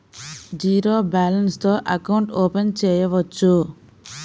Zero balance తో account open చేయవచ్చు?